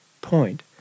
point